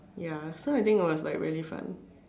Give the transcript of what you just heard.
ya so I think it was like very fun